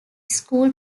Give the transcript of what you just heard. school